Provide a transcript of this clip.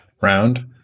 round